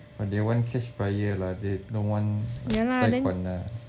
but they want cash buyer lah they no want 贷款 ah